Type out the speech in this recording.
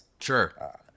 Sure